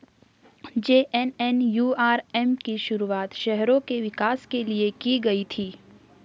JNNURM की शुरुआत शहरों के विकास के लिए की गई थी